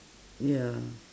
ya